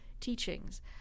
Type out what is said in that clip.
teachings